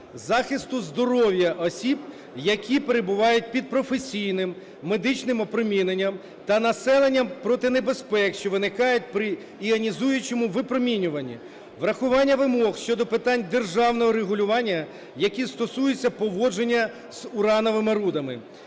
захисту здоров'я осіб, які перебувають під професійним медичним опроміненням, та населення проти небезпек, що виникають при іонізуючому випромінюванні, врахування вимог щодо питань державного регулювання, які стосуються поводження з урановими рудами.